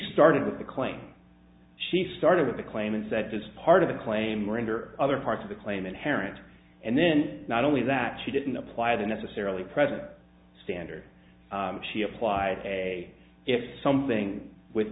started with the claim she started with the claim and said does part of the claim render other parts of the claim inherent and then not only that she didn't apply the necessarily present standard she applied a if something with